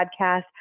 podcast